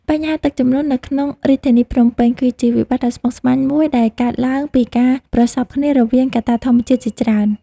បញ្ហាទឹកជំនន់នៅក្នុងរាជធានីភ្នំពេញ គឺជាវិបត្តិដ៏ស្មុគស្មាញមួយដែលកើតឡើងពីការប្រសព្វគ្នារវាងកត្តាធម្មជាតិជាច្រើន។